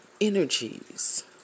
energies